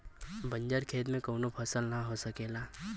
बंजर खेत में कउनो फसल ना हो सकेला